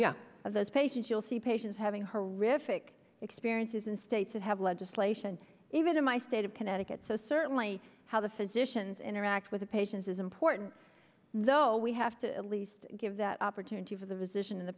of those patients you'll see patients having her riff ik experiences in states that have legislation even in my state of connecticut so certainly how the physicians interact with patients is important though we have to at least give that opportunity for the position in the